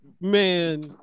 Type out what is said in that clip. man